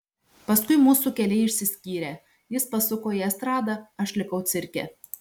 paskui mūsų keliai išsiskyrė jis pasuko į estradą aš likau cirke